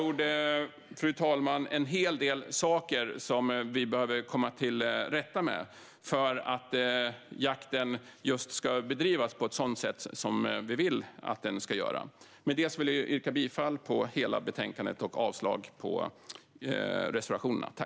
Om jakten ska bedrivas på just ett sådant sätt som vi vill behöver vi med andra ord komma till rätta med en hel del saker. Med det vill jag yrka bifall till utskottets förslag i betänkandet i sin helhet och avslag på reservationerna.